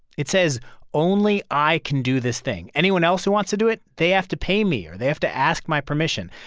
it says only i can do this thing. anyone else who wants to do it, they have to pay me, or they have to ask my permission.